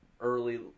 early